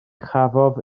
chafodd